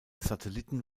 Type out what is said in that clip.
satelliten